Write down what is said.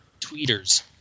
Tweeters